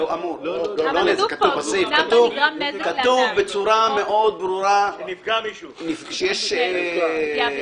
- כתוב בצורה מאוד ברורה שיש פגיעה